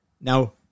now